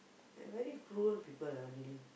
very cruel people ah really